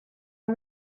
are